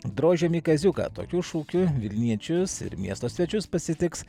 drožiam į kaziuką tokiu šūkiu vilniečius ir miesto svečius pasitiks